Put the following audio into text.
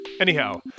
Anyhow